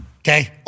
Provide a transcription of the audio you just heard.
Okay